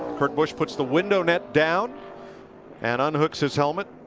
kurt busch puts the window net down and unhooks his helmet.